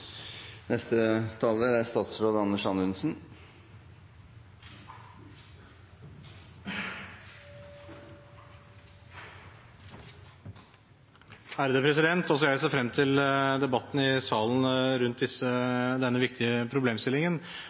jeg ser frem til debatten i salen rundt denne viktige problemstillingen.